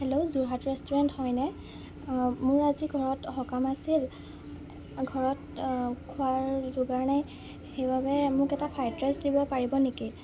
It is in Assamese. হেল্ল' যোৰহাট ৰেষ্টুৰেণ্ট হয়নে মোৰ আজি ঘৰত সকাম আছিল ঘৰত খোৱাৰ যোগাৰ নাই সেইবাবে মোক এটা ফ্ৰাইড ৰাইচ দিব পাৰিব নেকি